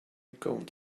going